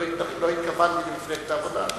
לא התכוונתי למפלגת העבודה.